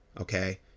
okay